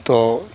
तो